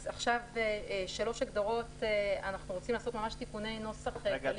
אנחנו רוצים לעשות ממש תיקוני נוסח.